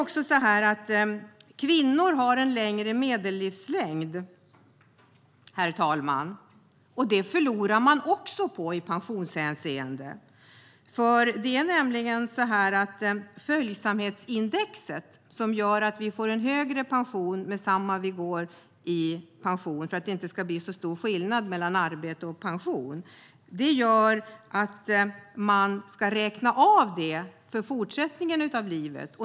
Kvinnor har en längre medellivslängd, herr talman, och det förlorar de på i pensionshänseende. Följsamhetsindexet, som innebär att vi får en högre pension just när vi går i pension för att skillnaden inte ska bli så stor mellan arbete och pension, gör att det ska räknas av för fortsättningen av livet.